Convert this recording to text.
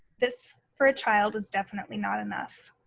this for a child is definitely not enough.